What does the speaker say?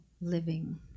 living